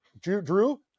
Drew